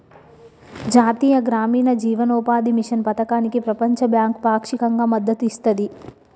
జాతీయ గ్రామీణ జీవనోపాధి మిషన్ పథకానికి ప్రపంచ బ్యాంకు పాక్షికంగా మద్దతు ఇస్తది